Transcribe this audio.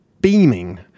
beaming